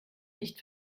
nicht